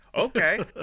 Okay